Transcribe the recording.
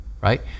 Right